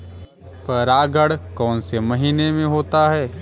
परागण कौन से महीने में होता है?